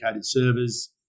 servers